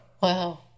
Wow